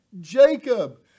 Jacob